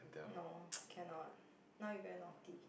no can not now you very naughty